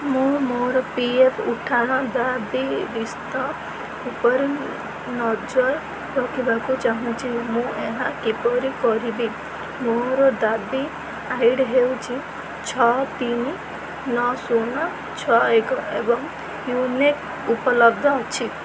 ମୁଁ ମୋର P F ଉଠାଣ ଦାବି ରିସ୍ତ ଉପରେ ନଜର ରଖିବାକୁ ଚାହୁଁଛି ମୁଁ ଏହା କିପରି କରିବି ମୋର ଦାବି ଆଇ ଡ଼ି ହେଉଛି ଛଅ ତିନି ନଅ ଶୂନ ଛଅ ଏକ ଏବଂ ୟୁ ନେକ୍ ଉପଲବ୍ଧ ଅଛି